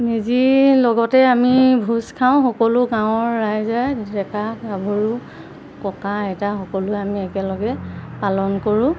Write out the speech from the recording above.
মেজিৰ লগতে আমি ভোজ খাওঁ সকলো গাঁৱৰ ৰাইজে ডেকা গাভৰু ককা আইতা সকলোৱে আমি একেলগে পালন কৰোঁ